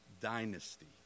dynasty